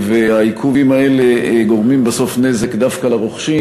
והעיכובים האלה גורמים בסוף נזק דווקא לרוכשים,